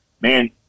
man